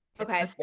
Okay